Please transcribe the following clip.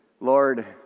Lord